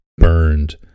burned